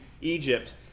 Egypt